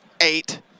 Eight